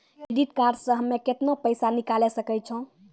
Credit card से हम्मे केतना पैसा निकाले सकै छौ?